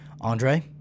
Andre